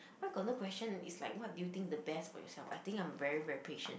why got no question it's like what do you think is the best part of yourself I think I'm very very patient